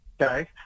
Okay